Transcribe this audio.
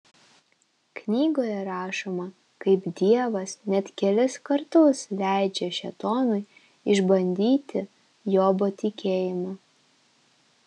knygoje rašoma kaip dievas net kelis kartus leidžia šėtonui išbandyti jobo tikėjimą